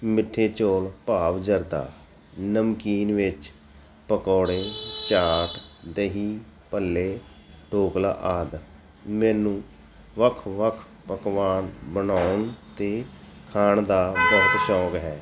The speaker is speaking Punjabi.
ਮਿੱਠੇ ਚੌਲ ਭਾਵ ਜਰਦਾ ਨਮਕੀਨ ਵਿੱਚ ਪਕੌੜੇ ਚਾਟ ਦਹੀਂ ਭੱਲੇ ਢੋਕਲਾ ਆਦਿ ਮੈਨੂੰ ਵੱਖ ਵੱਖ ਪਕਵਾਨ ਬਣਾਉਣ ਅਤੇ ਖਾਣ ਦਾ ਬਹੁਤ ਸ਼ੌਂਕ ਹੈ